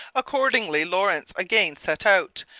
accordingly lawrence again set out,